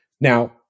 Now